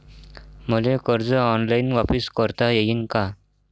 मले कर्ज ऑनलाईन वापिस करता येईन का?